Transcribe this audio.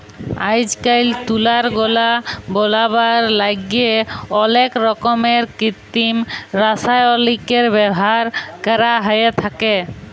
আইজকাইল তুলার গলা বলাবার ল্যাইগে অলেক রকমের কিত্তিম রাসায়লিকের ব্যাভার ক্যরা হ্যঁয়ে থ্যাকে